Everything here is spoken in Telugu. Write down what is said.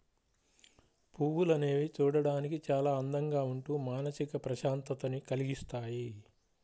పువ్వులు అనేవి చూడడానికి చాలా అందంగా ఉంటూ మానసిక ప్రశాంతతని కల్గిస్తాయి